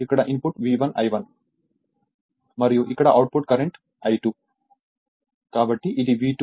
ఇక్కడ input V1 I1 మరియు ఇక్కడ అవుట్పుట్ కారెంట్ I2